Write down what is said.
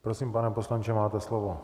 Prosím, pane poslanče, máte slovo.